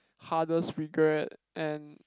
hardest regret and